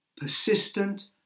Persistent